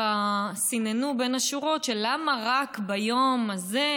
סיננו בין השורות: למה רק ביום הזה,